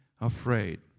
afraid